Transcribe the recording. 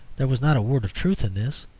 there was not a word of truth in this.